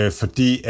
fordi